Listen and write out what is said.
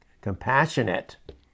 compassionate